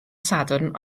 sadwrn